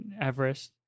Everest